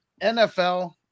NFL